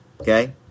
Okay